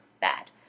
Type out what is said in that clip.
bad